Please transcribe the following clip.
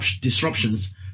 disruptions